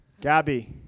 Gabby